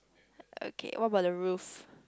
okay what about the roof